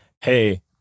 hey